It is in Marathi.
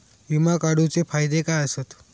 विमा काढूचे फायदे काय आसत?